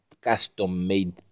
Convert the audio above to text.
custom-made